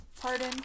Pardon